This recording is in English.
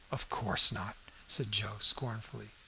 of course not, said joe scornfully.